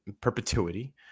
perpetuity